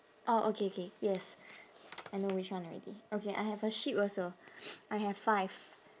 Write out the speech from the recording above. oh okay okay yes I know which one already okay I have a sheep also I have five